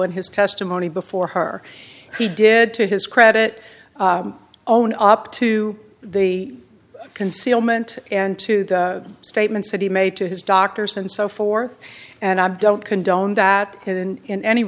in his testimony before her he did to his credit own up to the concealment and to the statements that he made to his doctors and so forth and i don't condone that and in any